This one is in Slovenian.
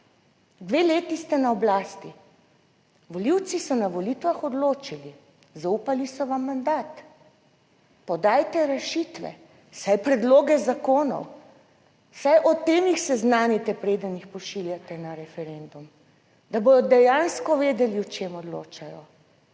Dve leti ste na oblasti. Volivci so na volitvah odločili, zaupali so vam mandat. Dajte rešitve, vsaj predloge zakonov, saj o tem jih seznanite, preden jih pošiljate na referendum, da bodo dejansko vedeli o čem odločajo.